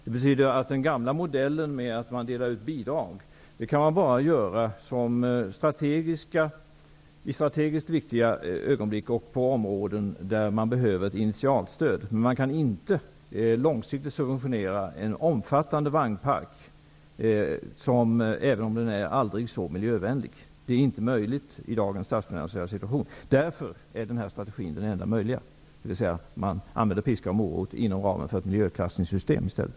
Det betyder att den gamla modellen, då man delade ut bidrag, kan användas bara i strategiskt riktiga ögonblick och på områden där det behövs initialstöd. Men man kan inte långsiktigt subventionera en omfattande vagnpark, även om den är aldrig så miljövänlig. Det är inte möjligt i dagens statsfinansiella situation. Därför är den enda tänkbara strategin att använda piska och morot inom ramen för ett miljöklassningssystem.